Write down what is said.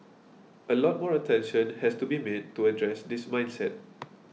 a lot more attention has to be made to address this mindset